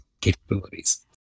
capabilities